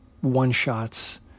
one-shots